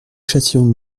chassions